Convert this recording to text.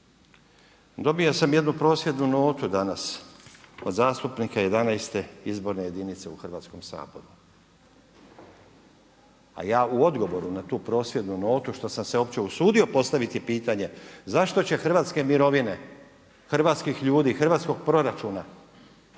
Dobio sam jednu prosvjednu notu danas od zastupnika 11. izborne jedinice u Hrvatskom saboru a ja u odgovoru na tu prosvjednu notu što sam se uopće usudio postaviti pitanje zašto će hrvatske mirovine, hrvatskih ljudi, hrvatskog proračuna